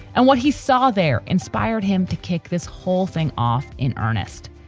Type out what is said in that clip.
and what he saw there inspired him to kick this whole thing off in earnest.